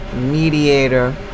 mediator